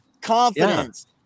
confidence